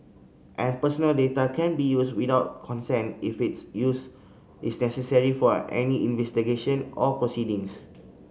and personal data can be used without consent if its use is necessary for any investigation or proceedings